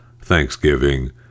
Thanksgiving